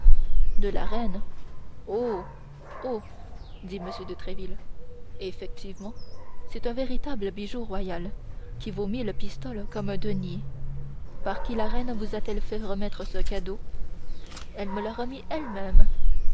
de la reine oh oh dit m de tréville effectivement c'est un véritable bijou royal qui vaut mille pistoles comme un denier par qui la reine vous a-t-elle fait remettre ce cadeau elle me l'a remis elle-même